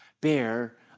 bear